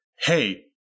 hey